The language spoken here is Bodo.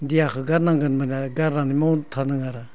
देहाखौ गारनानै मावथारनांगौ आरो